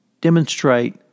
demonstrate